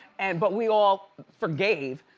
and, but we all forgave.